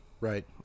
Right